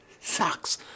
sucks